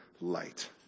light